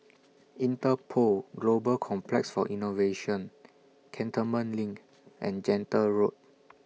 Interpol Global Complex For Innovation Cantonment LINK and Gentle Road